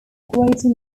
greater